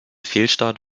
fehlstart